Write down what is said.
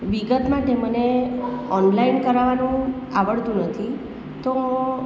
વિગત માટે મને ઓનલાઇન કરાવવાનું આવડતું નથી તો